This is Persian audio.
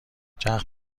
چرخ